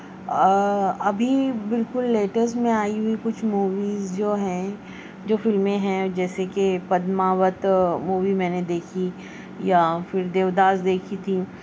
ابھی بالکل لیٹسٹ میں آئی ہوئی کچھ موویز جو ہیں جو فلمیں ہیں جیسے کہ پدماوت مووی میں نے دیکھی یا پھر دیو داس دیکھی تھی